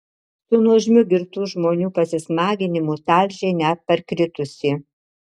su nuožmiu girtų žmonių pasismaginimu talžė net parkritusį